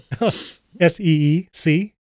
S-E-E-C